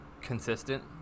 consistent